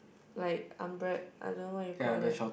like I don't know what you call that